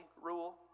rule